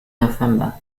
november